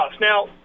Now